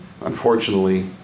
unfortunately